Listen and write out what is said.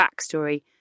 BACKSTORY